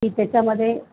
की त्याच्यामध्ये